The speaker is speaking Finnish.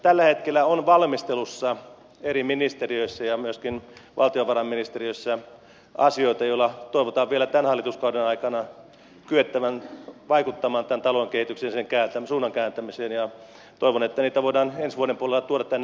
tällä hetkellä on valmistelussa eri ministeriöissä ja myöskin valtiovarainministeriössä asioita joilla toivotaan vielä tämän hallituskauden aikana kyettävän vaikuttamaan tämän talouden kehitykseen sen suunnan kääntämiseen ja toivon että niitä voidaan ensi vuoden puolella tuoda tänne esille